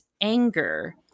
anger